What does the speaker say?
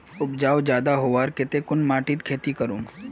उपजाऊ ज्यादा होबार केते कुन माटित खेती करूम?